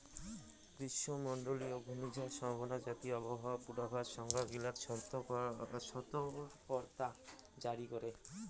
গ্রীষ্মমণ্ডলীয় ঘূর্ণিঝড় সম্ভাবনা জাতীয় আবহাওয়া পূর্বাভাস সংস্থা গিলা সতর্কতা জারি করে